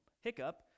hiccup